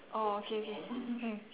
oh okay okay